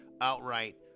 outright